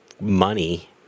money